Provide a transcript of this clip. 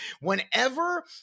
Whenever